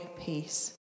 peace